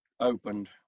opened